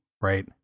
right